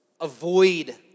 Avoid